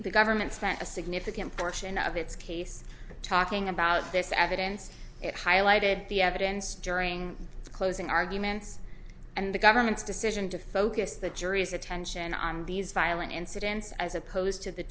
the government spent a significant portion of its case talking about this evidence it highlighted the evidence during closing arguments and the government's decision to focus the jury's attend and on these violent incidents as opposed to the